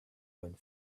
went